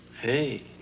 Hey